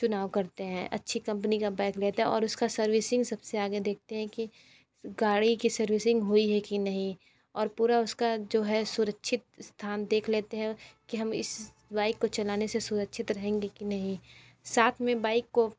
चुनाव करते हैं अच्छी कंपनी का बाइक लेते हैं और उसकी सर्विसिंग सब से आगे देखते हैं कि गाड़ी की सर्विसिंग हुई है कि नहीं और पूरा उसका जो है सुरक्षित स्थान देख लेते हैं कि हम इस बाइक को चलाने से सुरक्षित रहेंगे कि नहीं साथ में बाइक को